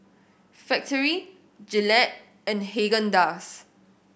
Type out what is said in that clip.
Factorie Gillette and Haagen Dazs